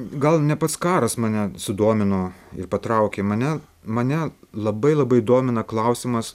gal ne pats karas mane sudomino ir patraukė mane mane labai labai domina klausimas